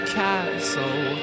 castle